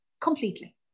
Completely